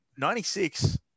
96